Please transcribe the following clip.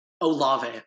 Olave